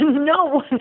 no